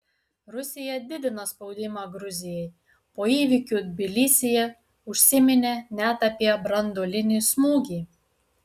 rusija didina spaudimą gruzijai po įvykių tbilisyje užsiminė net apie branduolinį smūgį